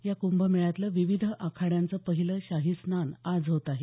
या कुंभमेळ्यातलं विविध आखाड्याचं पहिलं शाही स्नान आज होत आहे